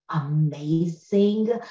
Amazing